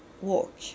walk